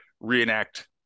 reenact